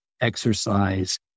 exercise